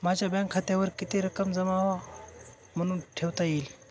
माझ्या बँक खात्यावर किती रक्कम जमा म्हणून ठेवता येईल?